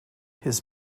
his